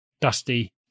dusty